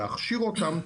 להכשיר אותם,